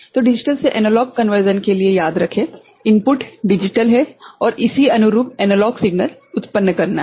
तो डिजिटल से एनालॉग रूपांतरण के लिए याद रखें इनपुट डिजिटल है और इसी अनुरूप एनालॉग सिग्नल उत्पन्न करना है